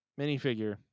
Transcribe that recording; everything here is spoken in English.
minifigure